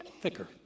thicker